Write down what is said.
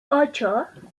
ocho